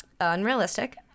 unrealistic